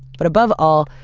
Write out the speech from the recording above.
but above all,